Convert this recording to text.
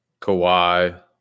Kawhi